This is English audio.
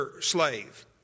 slave